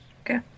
Okay